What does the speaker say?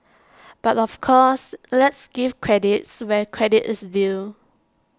but of course let's give credits where credit is due